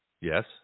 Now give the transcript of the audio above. Yes